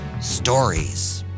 stories